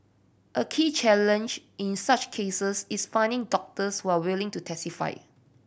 a key challenge in such cases is finding doctors who are willing to testify